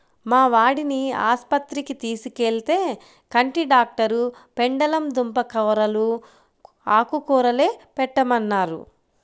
మా వాడిని ఆస్పత్రికి తీసుకెళ్తే, కంటి డాక్టరు పెండలం దుంప కూరలూ, ఆకుకూరలే పెట్టమన్నారు